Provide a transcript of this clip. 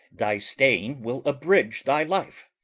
thy staying will abridge thy life.